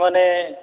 माने